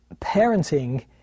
parenting